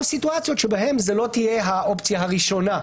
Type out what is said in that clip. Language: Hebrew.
סיטואציות שבהן זו לא תהיה האופציה הראשונה,